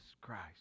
Christ